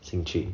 兴趣